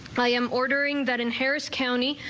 i am ordering that in harris county.